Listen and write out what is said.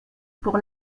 pour